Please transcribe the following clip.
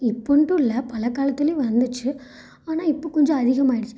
இப்போன்ட்டும் இல்லை பலய காலத்துலேயும் வந்துச்சு ஆனால் இப்போ கொஞ்சம் அதிகமாகிடுச்சு